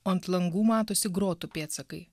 o ant langų matosi grotų pėdsakai